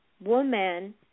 Woman